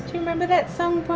remember that song,